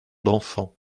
d’enfants